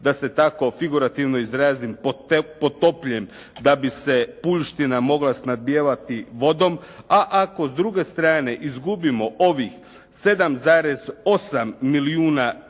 da se tako figurativno izrazim potopljen da bi se puljština mogla snabdijevati vodom. A ako s druge strane izgubimo ovih 7,8 milijuna